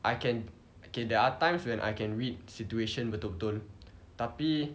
I can okay there are times when I can read situation betul betul tapi